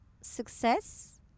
success